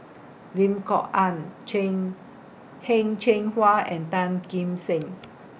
Lim Kok Ann Cheng Heng Cheng Hwa and Tan Kim Seng